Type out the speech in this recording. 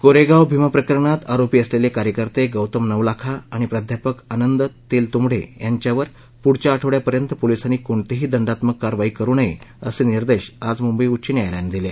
कोरेगाव भीमा प्रकरणात आरोपी असलेले कार्यकर्ते गौतम नवलाखा आणि प्राध्यापक आनंद तेलतुंबडे याच्यावर पुढच्या आठवड्यापर्यंत पोलीसांनी कोणतीही दंडात्मक कारवाई करु नये असे निर्देश आज मुंबई उच्च न्यायालयानं दिल